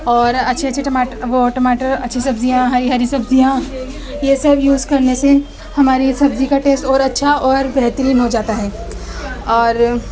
اور اچھے اچھے وہ ٹماٹر اچھی سبزیاں ہری ہری سبزیاں یہ سب یوز کرنے سے ہماری سبزی کا ٹیسٹ اور اچھا اور بہترین ہو جاتا ہے اور